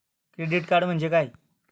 Credit card म्हणजे काय?